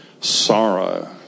sorrow